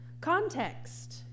Context